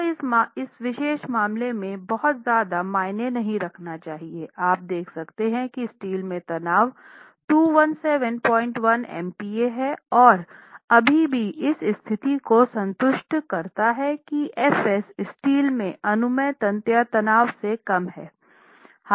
तो इस विशेष मामले में बहुत ज्यादा मायने नहीं रखना चाहिए आप देख सकते हैं कि स्टील में तनाव 2171 MPa है और अभी भी इस स्थिति को संतुष्ट करता है कि f s स्टील में अनुमेय तन्यता तनाव से कम है